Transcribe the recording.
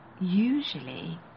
Usually